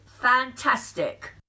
fantastic